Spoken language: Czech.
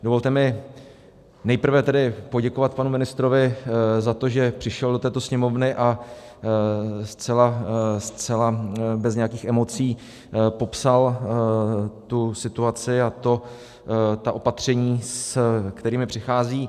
Dovolte mi nejprve tedy poděkovat panu ministrovi za to, že přišel do této Sněmovny a zcela bez nějakých emocí popsal tu situaci a opatření, se kterými přichází.